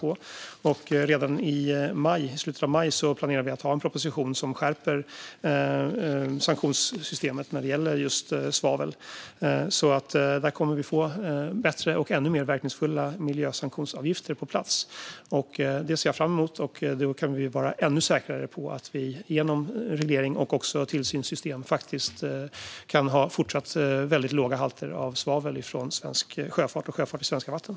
Vi planerar att redan i slutet av maj ha en proposition som skärper sanktionssystemet när det gäller just svavel. Därmed kommer vi att få bättre och ännu mer verkningsfulla miljösanktionsavgifter på plats. Det ser jag fram emot. Då kan vi vara ännu säkrare på att vi genom reglering och också tillsynssystem fortsättningsvis kan ha väldigt låga halter av svavel från svensk sjöfart och sjöfart i svenska vatten.